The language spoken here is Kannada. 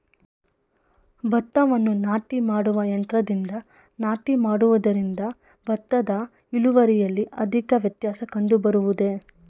ಭತ್ತವನ್ನು ನಾಟಿ ಮಾಡುವ ಯಂತ್ರದಿಂದ ನಾಟಿ ಮಾಡುವುದರಿಂದ ಭತ್ತದ ಇಳುವರಿಯಲ್ಲಿ ಅಧಿಕ ವ್ಯತ್ಯಾಸ ಕಂಡುಬರುವುದೇ?